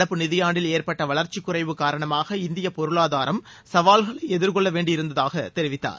நடப்பு நிதியாண்டில் ஏற்பட்ட வளர்ச்சிக்குறைவு காரணமாக இந்தியப் பொருளாதாரம் சவால்களை எதிர்கொள்ள வேண்டி இருந்ததாக தெரிவித்தார்